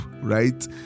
right